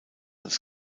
als